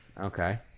Okay